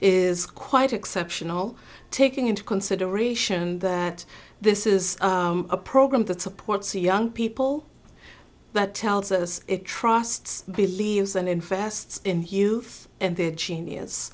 is quite exceptional taking into consideration that this is a program that supports young people that tells us it trusts believes and invests in you and their genius